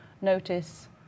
notice